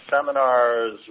seminars